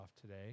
today